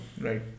Right